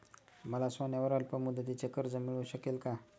मला सोन्यावर अल्पमुदतीचे कर्ज मिळू शकेल का?